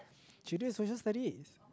she did social-studies